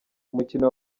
umukino